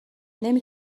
نمی